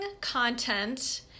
content